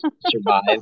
survive